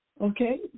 Okay